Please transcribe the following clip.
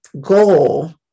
goal